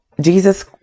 Jesus